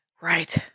Right